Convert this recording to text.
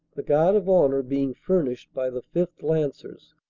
the guard of honor being furnished by the fifth. lancers.